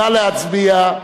נא להצביע.